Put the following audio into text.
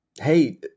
Hey